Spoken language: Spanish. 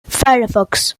firefox